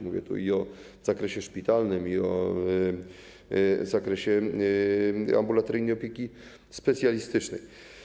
Mówię tu i o zakresie szpitalnym, i o zakresie ambulatoryjnej opieki specjalistycznej.